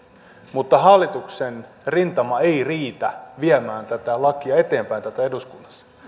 mutta hallituksen rintama ei riitä viemään tätä lakia eteenpäin täällä eduskunnassa